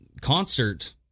concert